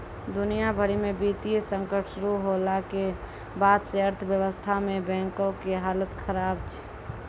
दुनिया भरि मे वित्तीय संकट शुरू होला के बाद से अर्थव्यवस्था मे बैंको के हालत खराब छै